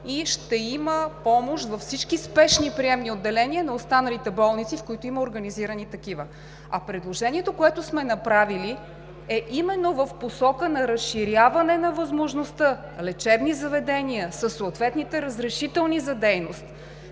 и ще има помощ във всички спешни приемни отделения на останалите болници, в които има организирани такива. А предложението, което сме направили, е именно в посока на разширяване на възможността лечебни заведения със съответните разрешителни за дейност